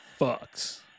fucks